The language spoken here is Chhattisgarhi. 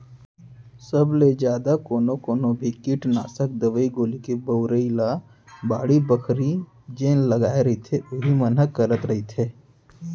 सब ले जादा कोनो कोनो भी कीटनासक दवई गोली के बउरई ल बाड़ी बखरी जेन लगाय रहिथे उही मन ह करत रहिथे